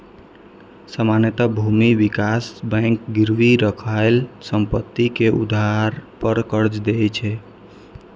सामान्यतः भूमि विकास बैंक गिरवी राखल संपत्ति के आधार पर कर्ज दै छै